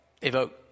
evoke